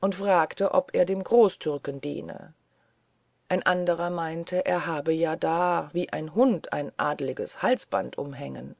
und fragte ob er dem großtürken diene ein anderer meinte er habe ja da wie ein hund ein adeliges halsband umhängen